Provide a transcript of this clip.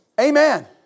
Amen